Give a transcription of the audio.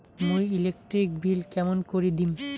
মুই electric bill কেমন করি দিম?